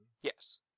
Yes